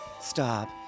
Stop